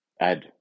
Add